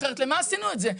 אחרת למה עשינו את זה?